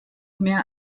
mehr